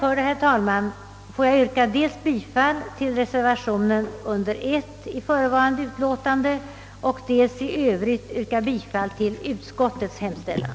Med det anförda ber jag att få yrka bifall till reservationen under punkt I i förevarande utlåtande och i övrigt till utskottets hemställan.